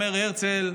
אמר הרצל,